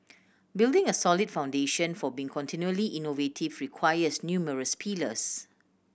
building a solid foundation for being continually innovative requires numerous pillars